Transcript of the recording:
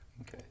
Okay